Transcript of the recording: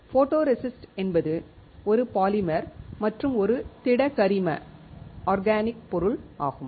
photoresist என்பது ஒரு polymer மற்றும் ஒரு திட கரிம பொருள் ஆகும்